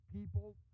people